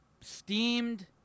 steamed